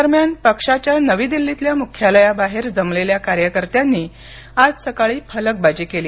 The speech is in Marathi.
दरम्यान पक्षाच्या नवी दिल्लीतल्या मुख्यालयाबाहेर जमलेल्या कार्यकर्त्यांनी आज सकाळी फलकबाजी केली